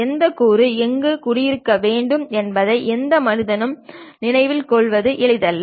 எந்தக் கூறு எங்கு கூடியிருக்க வேண்டும் என்பதை எந்த மனிதனும் நினைவில் கொள்வது எளிதல்ல